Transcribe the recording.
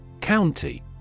County